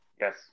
Yes